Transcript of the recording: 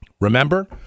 Remember